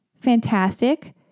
fantastic